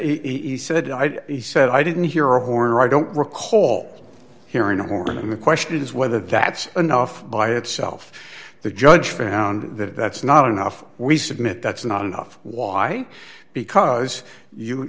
he said he said i didn't hear a horn or i don't recall hearing a horn and the question is whether that's enough by itself the judge found that that's not enough we submit that's not enough why because you